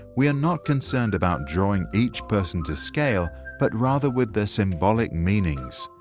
we are not concerned about drawing each person to scale but rather with their symbolic meanings.